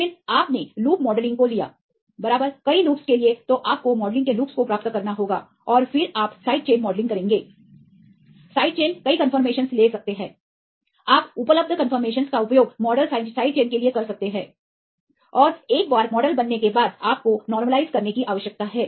फिर आपने loop modelling को लिया बराबर कई लूपस के लिए तो आपको मॉडलिंग के लूपस को प्राप्त करना होगा और फिर आप साइड चेन मॉडलिंग करेंगे साइड चेन कई कंफर्मेशनस ले सकते हैं आप उपलब्ध कंफर्मेशनस का उपयोग मॉडल साइड चेन के लिए कर सकते हैं और एक बार मॉडल बनने के बाद आपको अनुकूलन करने की आवश्यकता है